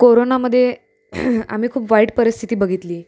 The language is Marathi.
कोरोनामध्ये आम्ही खूप वाईट परिस्थिती बघितली